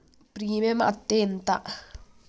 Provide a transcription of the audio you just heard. Premium అత్తే ఎంత?